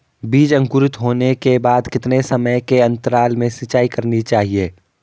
बीज अंकुरित होने के बाद कितने समय के अंतराल में सिंचाई करनी चाहिए?